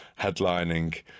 headlining